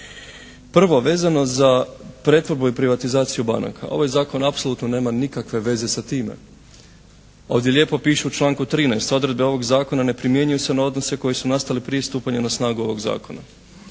Prvo, vezano za pretvorbu i privatizaciju banaka. Ovaj Zakon apsolutno nema nikakve veze sa time. Ovdje lijepo piše u članku 13. odredbe ovog Zakona ne primjenjuju se na odnose koji su nastali prije stupanja na snagu ovog Zakona.